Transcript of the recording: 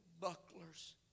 bucklers